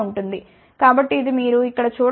కాబట్టి ఇది మీరు ఇక్కడ చూడగలిగే మైనస్ 10 డిబి లైన్